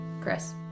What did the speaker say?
Chris